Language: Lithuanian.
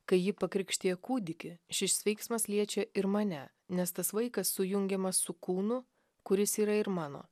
kai ji pakrikštija kūdikį šis veiksmas liečia ir mane nes tas vaikas sujungiamas su kūnu kuris yra ir mano